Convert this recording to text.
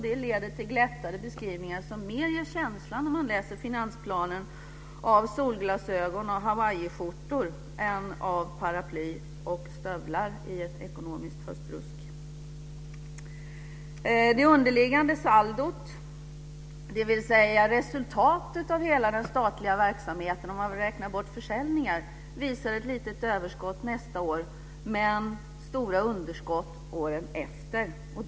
Det leder till glättade beskrivningar som mer ger känslan av solglasögon och hawaiiskjortor än av paraply och stövlar i ett ekonomiskt höstrusk när man läser finansplanen. Det underliggande saldot, dvs. resultatet av hela den statliga verksamheten om man räknar bort försäljningar, visar ett litet överskott nästa år men stora underskott året efter.